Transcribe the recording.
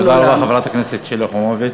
תודה רבה לחברת הכנסת שלי יחימוביץ.